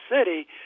city